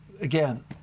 again